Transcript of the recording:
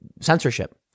censorship